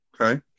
Okay